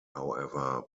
however